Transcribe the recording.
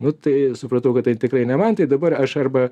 nu tai supratau kad tai tikrai ne man tai dabar aš arba